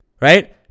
right